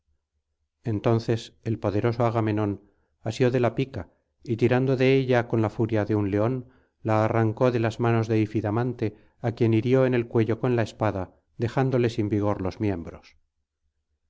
entonces el poderoso agamenón asió de la pica y tirando de ella con la furia de un león la arrancó de las manos de ifidamante á quien hirió en el cuello con la espada dejándole sin vigor los miembros